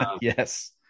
Yes